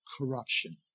corruption